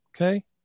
okay